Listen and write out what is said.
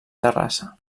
terrassa